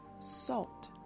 Salt